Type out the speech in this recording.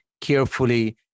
carefully